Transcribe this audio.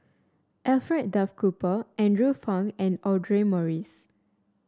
Alfred Duff Cooper Andrew Phang and Audra Morrice